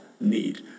need